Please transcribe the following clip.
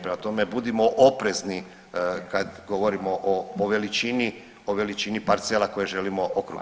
Prema tome, budimo oprezni kada govorimo o veličini, o veličini parcela koje želimo okrupniti.